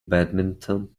badminton